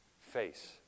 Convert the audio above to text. face